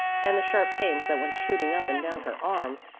and the sharp pains that went shooting up and down her arm,